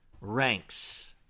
ranks